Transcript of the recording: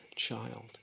child